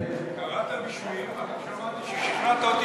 קראת בשמי ושמעתי ששכנעת אותי,